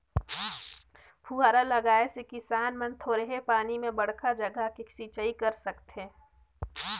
फुहारा लगाए से किसान मन थोरहें पानी में बड़खा जघा के सिंचई कर सकथें